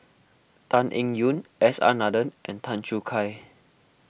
Tan Eng Yoon S R Nathan and Tan Choo Kai